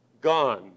gone